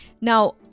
Now